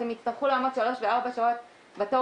אז הם יצטרכו לעמוד שלוש וארבע שעות בתור